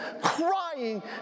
crying